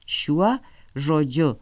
šiuo žodžiu